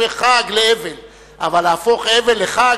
לשוויון בתוך ישראל אלא מאבק על סיום הכיבוש,